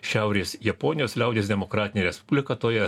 šiaurės japonijos liaudies demokratinė respublika toje